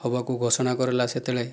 ହେବାକୁ ଘୋଷଣା କରାଗଲା ସେତେବେଳେ